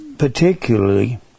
particularly